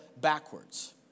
backwards